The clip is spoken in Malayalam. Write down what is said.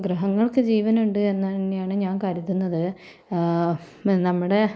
ഗ്രഹങ്ങൾക്ക് ജീവനുണ്ട് എന്ന് തന്നെയാണ് ഞാൻ കരുതുന്നത് നമ്മുടെ